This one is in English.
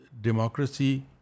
democracy